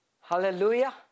hallelujah